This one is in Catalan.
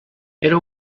era